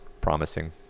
promising